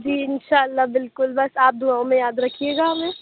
جی اِنشآء اللہ بالکل بس آپ دُعاؤں میں یاد رکھیے گا ہمیں